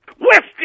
whiskey